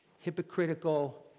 hypocritical